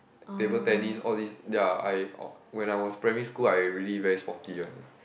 table tennis all this ya I when I was primary school I really very sporty one